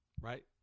right